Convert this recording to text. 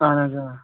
اَہَن حظ آ